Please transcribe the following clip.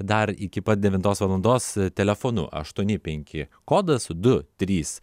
dar iki pat devintos valandos telefonu aštuoni penki kodas du trys